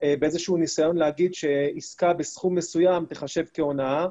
- באיזשהו ניסיון לומר שעסקה בסכום מסוים תיחשב כהונאה,